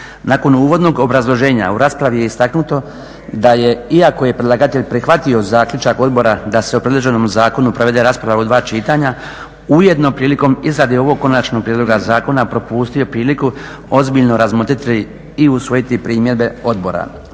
Nakon uvodno obrazloženja u raspravi je istaknuto da je iako je predlagatelj prihvatio zaključak odbora da se o predloženom zakonu provede rasprava u dva čitanja, ujedno prilikom izrade ovog konačnog prijedloga zakona propustio priliku ozbiljno razmotriti i usvojiti primjedbe odbora.